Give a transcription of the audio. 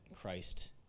Christ